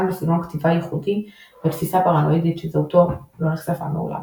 בסגנון כתיבה ייחודי ותפיסה פרנואידית ושזהותו לא נחשפה מעולם.